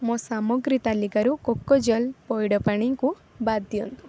ମୋ ସାମଗ୍ରୀ ତାଲିକାରୁ କୋକୋଜଲ୍ ପଇଡ଼ ପାଣିକୁ ବାଦ ଦିଅନ୍ତୁ